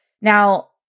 Now